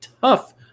tough